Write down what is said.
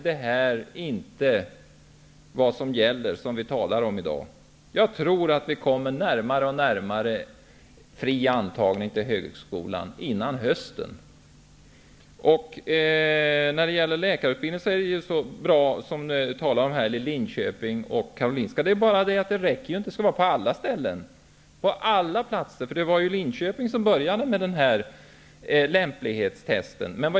Det som vi i dag talar om kommer då inte att gälla, utan vi kommer säkerligen närmare och närmare fri antagning -- och det redan innan hösten kommer. För läkarutbildningen är det ju bra ordnat i Stockholm. Men det räcker inte. Det skulle vara så överallt. Det var i Linköping som man började med den här lämplighetstesten.